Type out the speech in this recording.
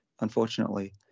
unfortunately